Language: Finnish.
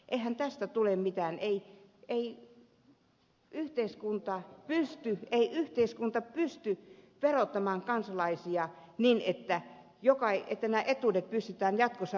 eihän tästä tule mitään ei yhteiskunta pysty verottamaan kansalaisia niin että nämä etuudet pystytään jatkossa